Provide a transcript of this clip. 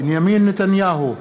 בנימין נתניהו,